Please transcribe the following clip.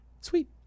Sweet